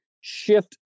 shift